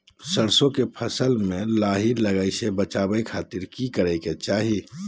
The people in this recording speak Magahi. सरसों के फसल में लाही लगे से बचावे खातिर की करे के चाही?